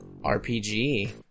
RPG